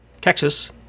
Texas